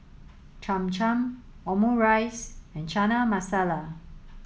Cham Cham Omurice and Chana Masala